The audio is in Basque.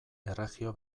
erregio